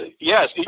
yes